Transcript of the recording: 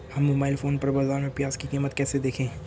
हम mobile phone पर बाज़ार में प्याज़ की कीमत कैसे देखें?